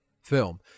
film